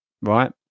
right